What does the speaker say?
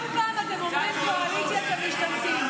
כל פעם אתם אומרים: קואליציית המשתמטים.